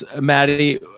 Maddie